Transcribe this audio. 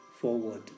forward